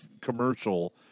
commercial